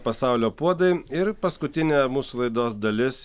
pasaulio puodai ir paskutinė mūsų laidos dalis